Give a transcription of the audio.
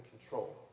control